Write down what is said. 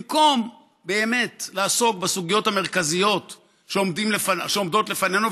במקום באמת לעסוק בסוגיות המרכזיות שעומדות לפנינו,